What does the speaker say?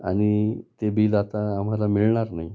आणि ते बिल आता आम्हाला मिळणार नाही